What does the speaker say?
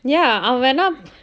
ya